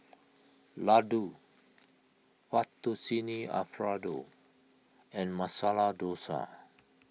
Ladoo Fettuccine Alfredo and Masala Dosa